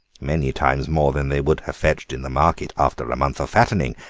many times more than they would have fetched in the market after a month of fattening,